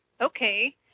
Okay